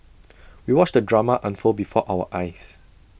we watched the drama unfold before our eyes